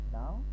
now